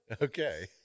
Okay